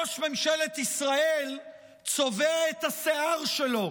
ראש ממשלת ישראל צובע את השיער שלו